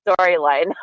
storyline